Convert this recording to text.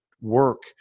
work